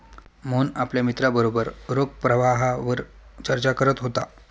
मोहन आपल्या मित्रांबरोबर रोख प्रवाहावर चर्चा करत होता